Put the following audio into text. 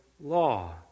law